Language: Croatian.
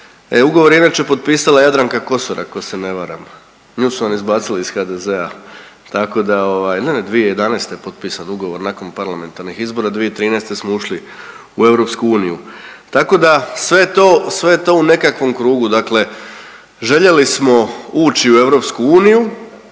ugovor je inače potpisa Jadranka Kosor ako se ne varam, nju su vam izbacili iz HDZ-a, tako da ovaj, ne, ne, 2011. je potpisan ugovor nakon parlamentarnih izbora, 2013. smo ušli u EU. Tako da sve to, sve je to u nekakvom krugu dakle, željeli smo ući u EU,